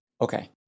Okay